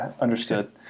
understood